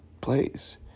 place